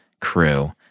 crew